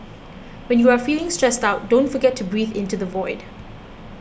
when you are feeling stressed out don't forget to breathe into the void